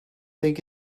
think